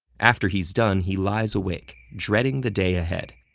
after he's done, he lies awake, dreading the day ahead,